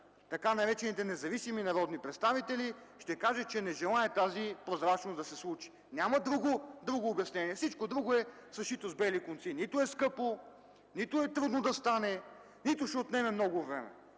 така наречените независими народни представители ще каже, че не желае тази прозрачност да се случи. Няма друго обяснение. Всичко друго е съшито с бели конци. Нито е скъпо, нито е трудно да стане, нито се отнема много време,